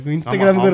Instagram